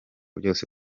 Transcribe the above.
byose